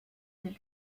del